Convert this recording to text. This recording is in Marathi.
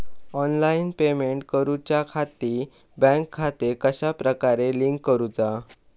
ऑनलाइन पेमेंट करुच्याखाती बँक खाते कश्या प्रकारे लिंक करुचा?